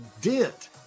dent